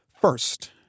First